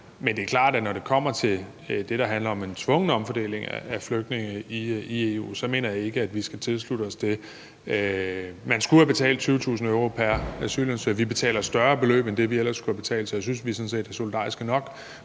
men det er klart, at når det kommer til det, der handler om en tvungen omfordeling af flygtninge i EU, så mener jeg ikke, at vi skal tilslutte os det. Man skulle have betalt 20.000 euro pr. asylansøger. Vi betaler et større beløb end det, vi ellers skulle have betalt. Så jeg synes, vi sådan set er solidariske nok,